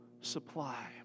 supply